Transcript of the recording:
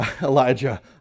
Elijah